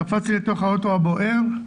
קפצתי לתוך האוטו הבוער,